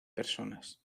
personas